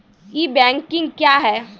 ई banking क्या हैं?